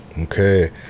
Okay